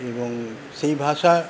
এবং সেই ভাষা